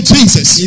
Jesus